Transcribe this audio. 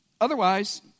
Otherwise